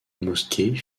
mosquée